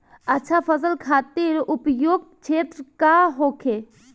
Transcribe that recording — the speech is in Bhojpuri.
अच्छा फसल खातिर उपयुक्त क्षेत्र का होखे?